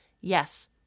Yes